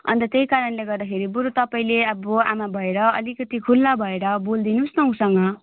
अन्त त्यही कारणले गर्दाखेरि बरू तपाईँले अब आमा भएर अलिकति खुल्ला भएर बोलिदिनुहोस् न उसँग